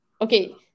okay